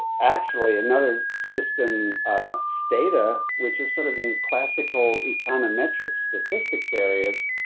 actually, another system status, but which is sort of in classical econometrics, statistics areas,